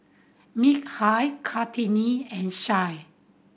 Mikhail Kartini and Said